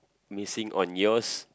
missing on yours